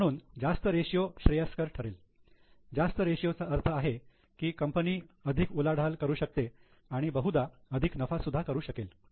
म्हणून जास्त रेषीयो श्रेयस्कर ठरेल जास्त रेषीयो चा अर्थ आहे की कंपनी अधिक उलाढाल करू शकते आणि बहुदा अधिक नफा सुद्धा करू शकेल